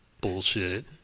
Bullshit